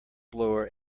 blower